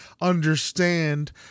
understand